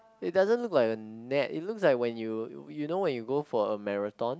it doesn't look like a net it looks like when you you know when you go for a marathon